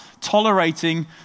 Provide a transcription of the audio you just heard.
tolerating